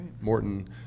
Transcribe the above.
Morton